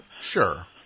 Sure